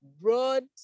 broad